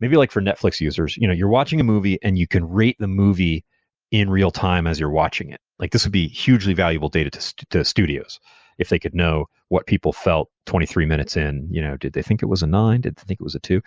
maybe like for netflix users. you know you're watching a movie and you can rate the movie in real time as you're watching it. like this would be hugely valuable data to so to studios if they could know what people felt twenty three minutes in. you know did they think it was a nine? did they think it was a two?